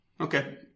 okay